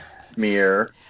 Smear